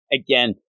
again